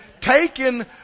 taking